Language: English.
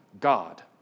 God